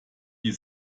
die